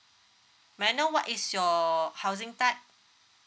may I know what is your housing type